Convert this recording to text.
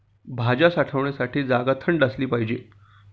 भाज्या साठवण्याची जागा थंड असली पाहिजे